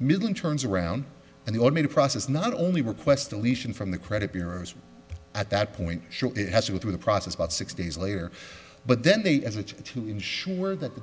milling turns around and the automated process not only request deletion from the credit bureaus at that point sure it has to go through the process about six days later but then they as it's to ensure that